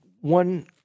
one